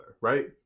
right